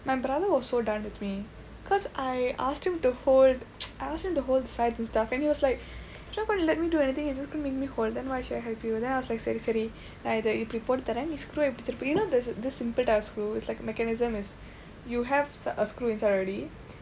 my brother was so done with me cause I asked him to hold I asked him to hold the sides and stuff and he was like you're not gonna let me do anything you just gonna make me all hold then why should I help you then I was like சரி சரி:sari sari then I like இப்படி போட்டு தரேன் நீ:ippadi pootdu thareen nii screw இப்படி திருப்பு:ippadi thiruppu you know there's a bit of screw the mechanism is like you have a screw inside already